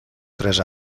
tres